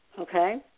Okay